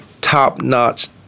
Top-notch